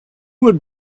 would